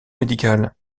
médicale